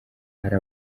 hari